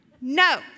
No